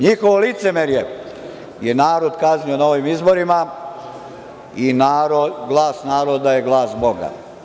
NJihovo licemerje je narod kaznio na ovim izborima i glas naroda je glas Boga.